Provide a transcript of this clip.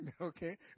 Okay